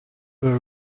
were